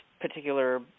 particular